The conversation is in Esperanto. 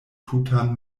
tutan